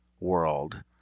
world